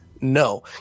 no